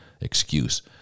excuse